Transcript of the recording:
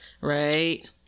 right